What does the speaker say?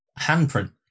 handprint